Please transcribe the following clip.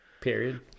Period